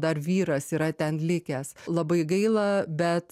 dar vyras yra ten likęs labai gaila bet